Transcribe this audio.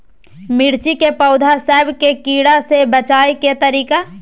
मिर्ची के पौधा सब के कीड़ा से बचाय के तरीका?